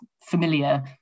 familiar